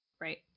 Right